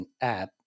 app